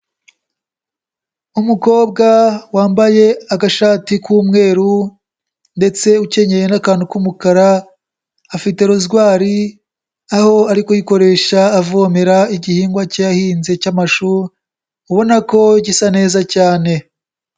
Umukobwa wambaye agashati k'umweru ndetse ukenyeye n'akantu k'umukara, afite rozwari aho ari kuyikoresha avomera igihingwa ke yahinze cy'amashu ubona ko gisa neza cyane.